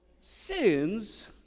sins